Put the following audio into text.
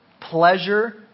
pleasure